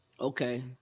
Okay